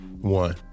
One